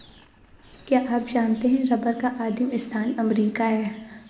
क्या आप जानते है रबर का आदिमस्थान अमरीका है?